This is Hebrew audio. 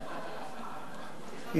היא לא קולטת גם מה שאני אומר.